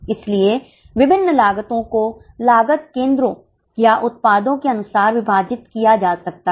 इसलिए विभिन्न लागतो को लागत केंद्रों या उत्पादों के अनुसार विभाजित किया जा सकता है